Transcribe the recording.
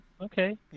Okay